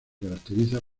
caracteriza